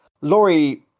laurie